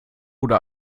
oder